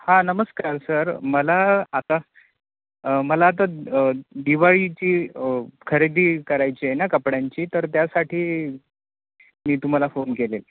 हां नमस्कार सर मला आता मला आता दिवाळीची खरेदी करायची आहे ना कपड्यांची तर त्यासाठी मी तुम्हाला फोन केलेला